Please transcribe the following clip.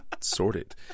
sorted